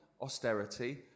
austerity